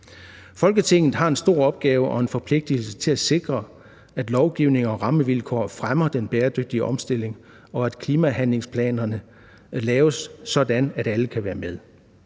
Folketinget har en stor opgave i og en forpligtigelse til at sikre, at lovgivning og rammevilkår fremmer den bæredygtige omstilling, og at klimahandlingsplanerne laves sådan, at alle kan være med.